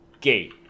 gate